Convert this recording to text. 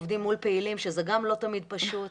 עובדים מול פעילים שזה גם לא תמיד פשוט.